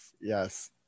yes